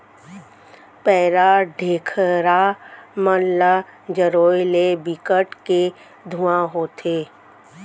पैरा, ढेखरा मन ल जरोए ले बिकट के धुंआ होथे